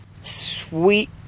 sweet